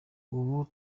ubu